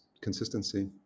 consistency